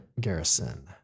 Garrison